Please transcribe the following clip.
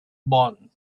born